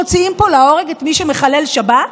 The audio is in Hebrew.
מוציאים פה להורג את מי שמחלל שבת?